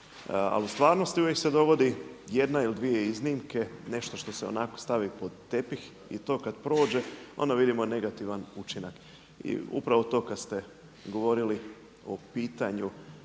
Ali u stvarnosti uvijek se dogodi jedna ili dvije iznimke, nešto što se onako stavi pod tepih i to kad prođe onda vidimo negativan učinak. I upravo to kad ste govorili o pitanju